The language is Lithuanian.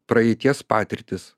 praeities patirtis